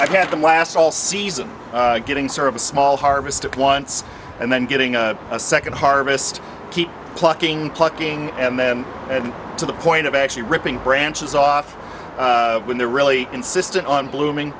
i've had them last all season getting sort of a small harvest at once and then getting a second harvest keep plucking plucking and them and to the point of actually ripping branches off when they're really insistent on blooming